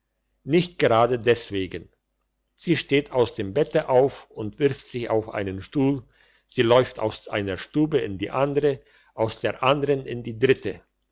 nicht gerade deswegen sie steht aus dem bette auf und wirft sich auf einen stuhl sie läuft aus einer stube in die andere aus der andern in die dritte